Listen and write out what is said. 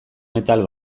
metal